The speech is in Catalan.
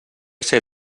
ser